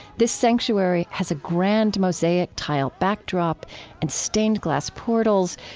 this sanctuary has a grand mosaic tile backdrop and stained-glass portals.